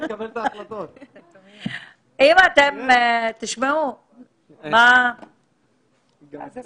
חה"כ אזולאי, אני שם